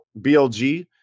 BLG